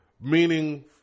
Meaning